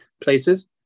places